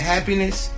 Happiness